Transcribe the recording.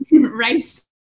race